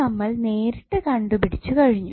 നമ്മൾ നേരിട്ട് കണ്ടുപിടിച്ച കഴിഞ്ഞു